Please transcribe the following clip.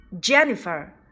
Jennifer